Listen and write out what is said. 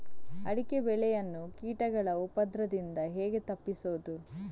ಅಡಿಕೆ ಬೆಳೆಯನ್ನು ಕೀಟಗಳ ಉಪದ್ರದಿಂದ ಹೇಗೆ ತಪ್ಪಿಸೋದು?